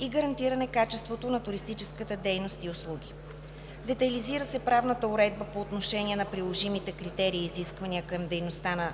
и гарантиране качеството на туристическите дейности и услуги. Детайлизира се правната уредба по отношение на приложимите критерии и изискванията към дейността на